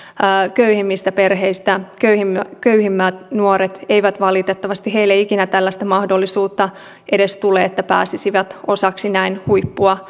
köyhimmistä perheistä köyhimmille köyhimmille nuorille ei valitettavasti ikinä tällaista mahdollisuutta edes tule että pääsisivät osaksi näin